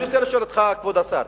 אני רוצה לשאול אותך, כבוד השר.